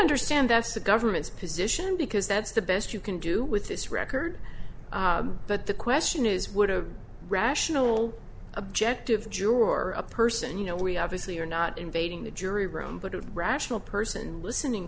understand that's the government's position because that's the best you can do with this record but the question is would a rational objective juror a person you know we obviously are not invading the jury room but a rational person listening